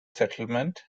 settlement